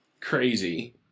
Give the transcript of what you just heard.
crazy